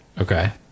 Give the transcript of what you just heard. Okay